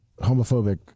homophobic